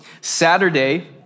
Saturday